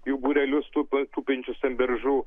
jų būrelius tu tupinčius ant beržų